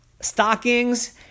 stockings